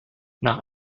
nach